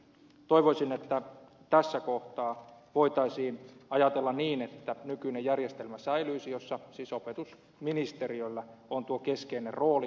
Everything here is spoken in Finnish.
toivoisin että tässä kohtaa voitaisiin ajatella niin että säilyisi nykyinen järjestelmä jossa siis opetusministeriöllä ja taiteen keskustoimikunnalla on tuo keskeinen rooli